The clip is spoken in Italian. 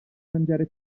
mangiare